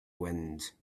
wind